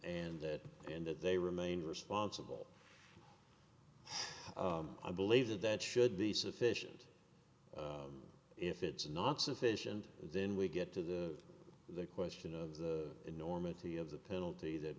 and that and that they remain responsible i believe that that should be sufficient if it's not sufficient then we get to the question of the enormity of the penalty that